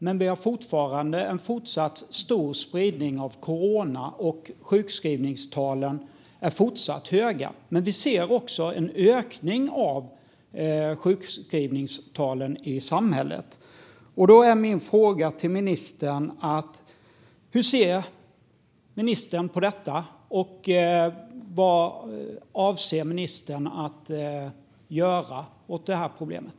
Men vi har fortfarande en stor spridning av corona, och sjukskrivningstalen är fortsatt höga. Vi ser också en ökning av sjukskrivningstalen i samhället. Hur ser ministern på detta, och vad avser ministern att göra åt det här problemet?